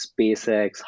SpaceX